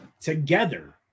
together